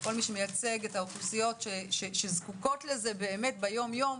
כל מי שמייצג את האוכלוסיות שזקוקות לזה ביום יום,